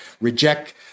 reject